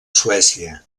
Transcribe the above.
suècia